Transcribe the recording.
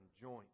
joint